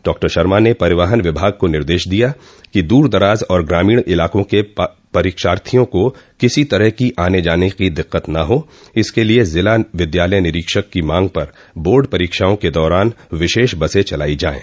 डॉ शर्मा ने परिवहन विभाग को निर्देश दिया कि दूर दराज और ग्रामीण इलाकों के परीक्षार्थियों को किसी तरह की आने जाने की दिक्कत न हो इसके लिए जिला विद्यालय निरीक्षक की मांग पर बोर्ड परीक्षाओं के दौरान विशेष बसें चलायी जायें